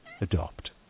Adopt